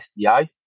sti